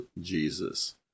Jesus